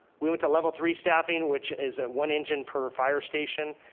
we went to level three staffing, which is one engine per fire station.